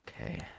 Okay